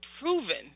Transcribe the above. proven